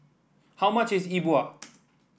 how much is E Bua